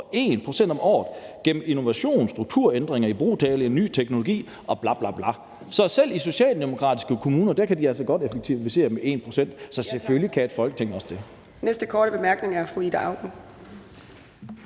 om året gennem innovation, strukturændringer, ibrugtagning af ny teknologi og bla bla. Så selv i socialdemokratiske kommuner kan de altså godt effektivisere med 1 pct. Så selvfølgelig kan et Folketing også det. Kl. 17:19 Fjerde næstformand